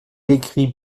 écrit